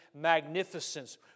magnificence